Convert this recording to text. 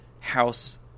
house